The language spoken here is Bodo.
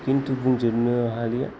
खिन्थु बुंजोबनो हालिया